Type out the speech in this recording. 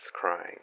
crying